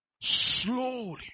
Slowly